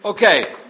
Okay